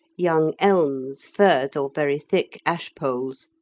young elms, firs, or very thick ash-poles,